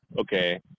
okay